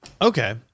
Okay